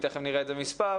תיכף נראה את המספר,